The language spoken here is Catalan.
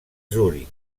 zuric